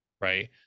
right